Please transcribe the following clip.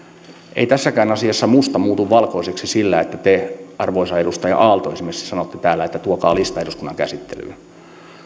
ei tässäkään asiassa musta muutu valkoiseksi sillä että te arvoisa edustaja aalto esimerkiksi sanotte täällä että tuokaa lista eduskunnan käsittelyyn